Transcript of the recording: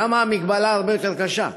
שם המגבלה הרבה יותר קשה.